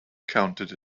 counted